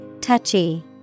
Touchy